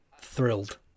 thrilled